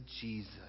jesus